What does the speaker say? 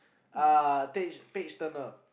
uh tage page turner